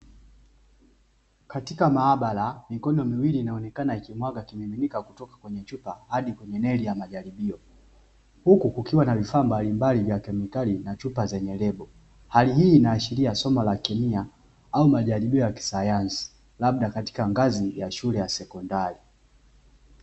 Katika maabara mikono miwili inaonekana ikimwaga kimiminika kutoka kwenye chupa hadi kwenye neli ya majaribio, huku kukiwa na vifaa mbalimbali vya kemikali na chupa zenye lebo. Hali hii inaashiria somo la kemia au majiribio ya kisanyasi, labda katika ngazi ya shule ya sekondari.